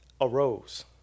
arose